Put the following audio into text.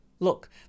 Look